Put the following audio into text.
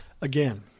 Again